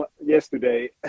Yesterday